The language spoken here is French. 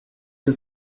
que